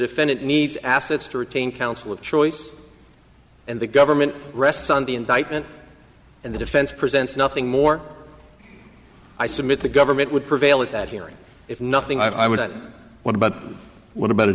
defendant needs assets to retain counsel of choice and the government rests on the indictment and the defense presents nothing more i submit the government would prevail at that hearing if nothing i wouldn't want but what about a